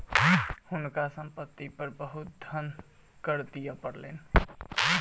हुनका संपत्ति पर बहुत धन कर दिअ पड़लैन